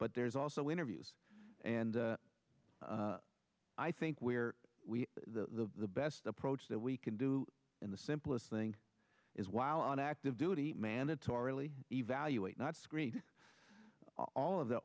but there's also interviews and i think where we the best approach that we can do in the simplest thing is while on active duty mandatorily evaluate not screening all of the